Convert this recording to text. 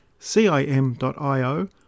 cim.io